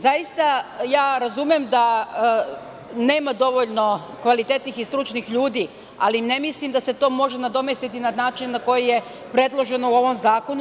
Zaista, razumem da nema dovoljno kvalitetnih i stručnih ljudi, ali ne mislim da se to može nadomestiti na način na koji je predloženo u ovom zakonu.